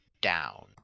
down